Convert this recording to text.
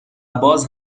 باز